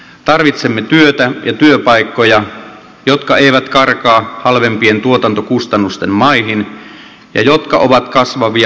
tarvitsemme työtä ja työpaikkoja jotka eivät karkaa halvempien tuotantokustannusten maihin ja jotka ovat kasvavia vientialoja